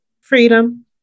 Freedom